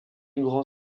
grand